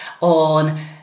on